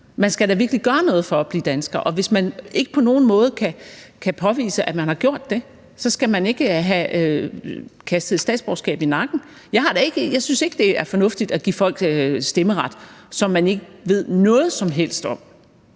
Man skal da virkelig gøre noget for at blive dansker, og hvis man ikke på nogen måde kan påvise, at man har gjort det, så skal man ikke have kastet et statsborgerskab i nakken. Jeg synes ikke, det er fornuftigt at give folk, som man ikke ved noget som helst om,